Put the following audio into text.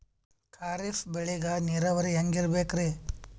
ಖರೀಫ್ ಬೇಳಿಗ ನೀರಾವರಿ ಹ್ಯಾಂಗ್ ಇರ್ಬೇಕರಿ?